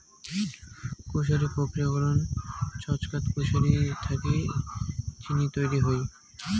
কুশারি প্রক্রিয়াকরণ ছচকাত কুশারি থাকি চিনি তৈয়ার হই